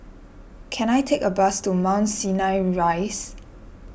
can I take a bus to Mount Sinai Rise